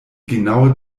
genaue